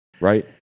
Right